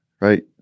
right